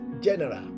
general